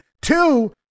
two